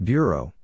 Bureau